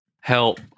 Help